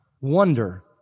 wonder